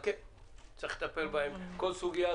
כל סוגיית